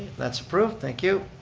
that's approved, thank you.